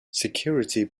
security